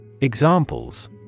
Examples